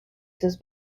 sus